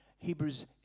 Hebrews